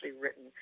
written